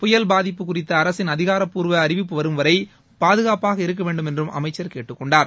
புயல் பாதிப்பு குறித்த அரசின் அதிகாரப்பூர்வு அறிவிப்பு வரும்வரை பாதுகாப்பாக இருக்க வேண்டும் என்றும் அமைச்சர் கேட்டுக் கொண்டார்